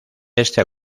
este